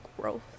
growth